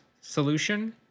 solution